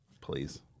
Please